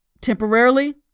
temporarily